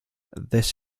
this